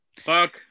fuck